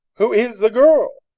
who is the girl?